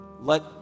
Let